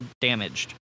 damaged